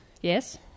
yes